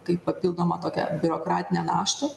kaip papildomą tokią biurokratinę naštą